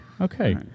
Okay